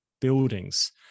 buildings